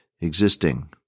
Existing